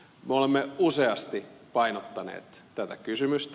me olemme useasti painottaneet tätä kysymystä